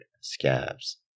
scabs